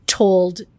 told